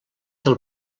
del